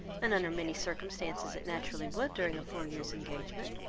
and under many circumstances it naturally would during a four years' engagement,